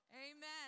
Amen